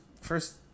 first